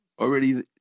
already